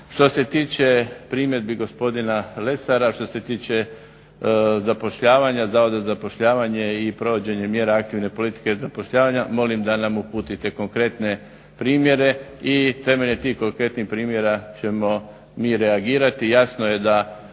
Što ste tiče primjedbi gospodina Lesara, što se tiče zapošljavanja, Zavoda za zapošljavanje i provođenje mjera aktivne politike i zapošljavanja molim da nam uputite konkretne primjere. I temeljem tih konkretnih primjera ćemo mi reagirati. I jasno je da